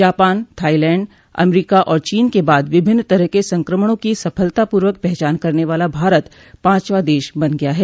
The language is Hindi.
जापान थाईलैंड अमरीका और चीन के बाद विभिन्न तरह के संक्रमणों की सफलतापूर्वक पहचान करने वाला भारत पांचवां देश बन गया है